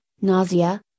nausea